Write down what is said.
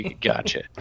Gotcha